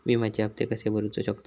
विम्याचे हप्ते कसे भरूचो शकतो?